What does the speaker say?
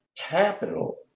capital